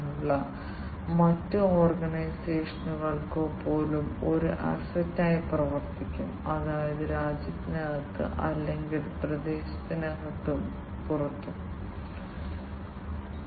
industry grade സെൻസറുകൾ calibration ശ്രദ്ധിക്കുന്നതിനായി വളരെ സങ്കീർണ്ണമായ സിഗ്നൽ പ്രോസസ്സിംഗ് അൽഗോരിതങ്ങളും ഓൺ ബോർഡ് സർക്യൂട്ടറിയും ഉപയോഗിക്കുന്നു